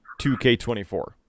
2K24